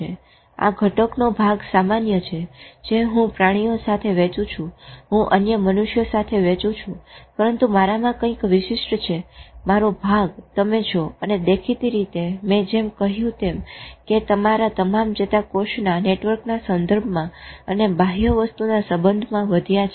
આ ઘટકનો ભાગ સામાન્ય છે જે હું પ્રાણીઓ સાથે વહેંચું છું હું અન્ય મનુષ્યો સાથે વહેચું છું પરંતુ મારામાં કંઈક વિશીષ્ટ છે મારો ભાગ તમે છો અને દેખીતી રીતે મેં જેમ કહ્યું તેમ કે તમારા તમામ ચેતાકોષોના નેટવર્કના સંદર્ભમાં અને બાહ્ય વસ્તુના સંબંધમાં વધ્યા છે